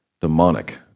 demonic